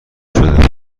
شده